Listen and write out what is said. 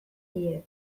die